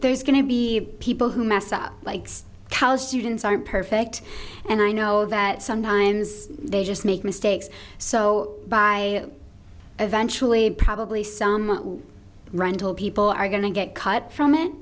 there's going to be people who mess up likes college students aren't perfect and i know that sometimes they just make mistakes so by eventually probably some rental people are going to get cut from it